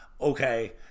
okay